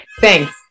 thanks